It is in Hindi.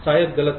शायद गलत है